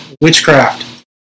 witchcraft